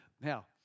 Now